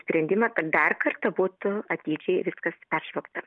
sprendimą kad dar kartą būtų atidžiai viskas peržvelgta